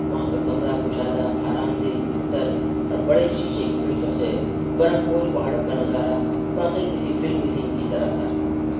وہاں کا کمرہ کشادہ آرام دہ بستر اور بڑے شیشے کی کھڑکیوں سے برف پوش پہاڑوں کا نظارہ واقعی کسی فلمی سین کی طرح تھا